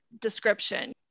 description